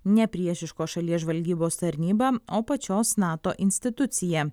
nepriešiškos šalies žvalgybos tarnyba o pačios nato institucija